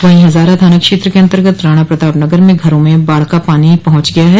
वहीं हजारा थाना क्षेत्र के अन्तर्गत राणा प्रताप नगर में घरों में बाढ़ का पानी पहुंच गया है